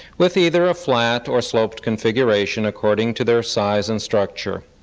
with either a flat or sloped configuration according to their size and structure.